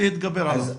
להתגבר עליו.